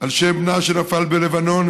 על שם בנה שנפל בלבנון,